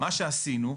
מה שעשינו,